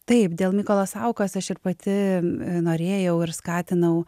taip dėl mykolo saukos aš ir pati norėjau ir skatinau